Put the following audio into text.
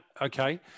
Okay